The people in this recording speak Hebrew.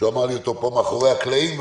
שאמר לי אותו פה מאחורי הקלעים,